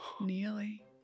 Nearly